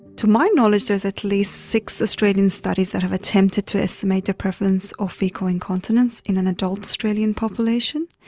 to my knowledge there is at least six australian studies that have attempted to estimate the prevalence of faecal incontinence in an adult australian population,